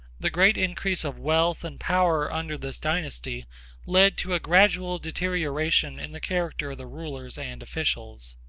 the great increase of wealth and power under this dynasty led to a gradual deterioration in the character of the rulers and officials.